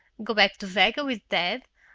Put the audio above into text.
go back to vega with dad,